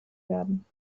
werden